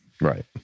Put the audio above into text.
right